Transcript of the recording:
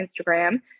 Instagram